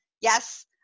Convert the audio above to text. Yes